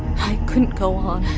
i couldn't go on.